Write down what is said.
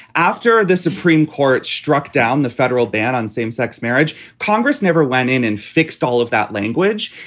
after the supreme court struck down the federal ban on same sex marriage, congress never went in and fixed all of that language.